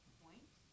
point